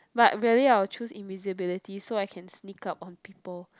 but really I'll choose invisibility so I can sneak out on people